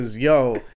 Yo